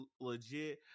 legit